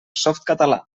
softcatalà